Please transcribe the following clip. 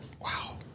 Wow